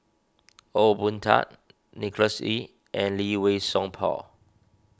Ong Boon Tat Nicholas Ee and Lee Wei Song Paul